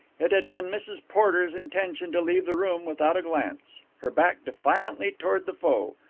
it had been mrs. porter's intention to leave the room without a glance, her back defiantly toward the foe.